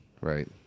right